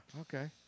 Okay